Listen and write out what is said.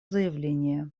заявление